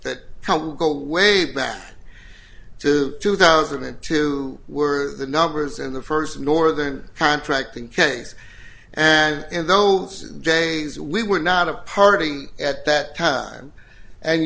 that count go way back to two thousand and two were the numbers in the first northern contracting case and those days we were not a party at that time and